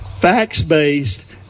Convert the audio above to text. facts-based